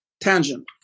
Tangent